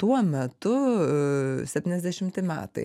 tuo metu septyniasdešimti metai